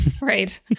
right